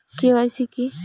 KYC কী?